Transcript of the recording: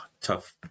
tough